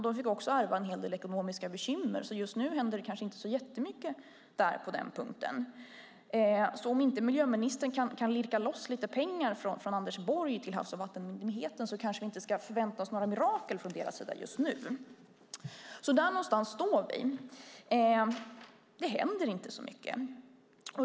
De fick även ärva en hel del ekonomiska bekymmer, så just nu händer det kanske inte så jättemycket på denna punkt. Om inte miljöministern kan lirka loss lite pengar från Anders Borg till Havs och vattenmyndigheten kanske vi alltså inte ska förvänta oss några mirakel från deras sida just nu. Där någonstans står vi. Det händer inte så mycket.